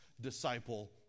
disciple